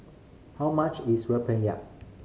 how much is rempeyak